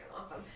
awesome